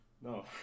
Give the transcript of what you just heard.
no